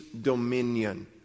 dominion